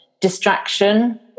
Distraction